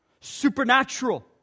supernatural